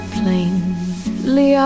plainly